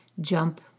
jump